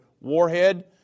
warhead